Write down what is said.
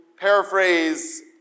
paraphrase